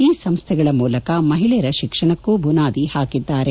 ಈ ಸಂಸ್ಥೆಗಳ ಮೂಲಕ ಮಹಿಳೆಯರ ಶಿಕ್ಷಣಕ್ಕೂ ಬುನಾದಿ ಹಾಕಿದ್ದಾರೆ